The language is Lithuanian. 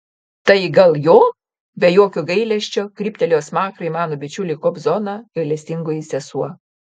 tai gal jo be jokio gailesčio kryptelėjo smakrą į mano bičiulį kobzoną gailestingoji sesuo